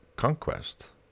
conquest